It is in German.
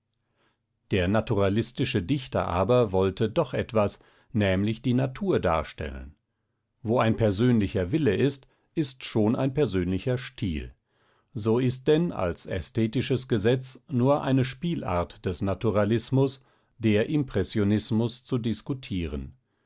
der naturalistische dichter aber wollte doch etwas nämlich die natur darstellen wo ein persönlicher wille ist ist schon ein persönlicher stil so ist denn als ästhetisches gesetz nur eine spielart des naturalismus der impressionismus zu diskutieren